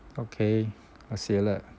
okay 我写了